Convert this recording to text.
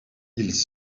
ils